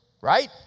right